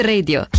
Radio